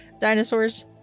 Dinosaurs